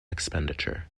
expenditure